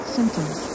symptoms